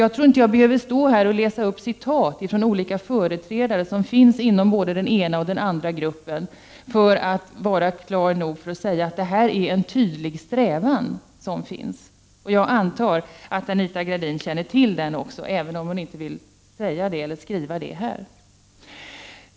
Jag tror inte att jag behöver åskådliggöra med citat från företrädare för dessa båda grupper för att kunna säga att det är en tydlig strävan. Jag antar att Anita Gradin känner till denna strävan, även om hon inte vill säga det här.